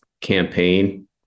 campaign